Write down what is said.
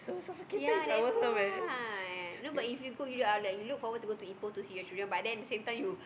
ya that's why no but if you go like you look forward to go to Ipoh to see you children but then at the same time you